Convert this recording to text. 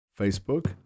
Facebook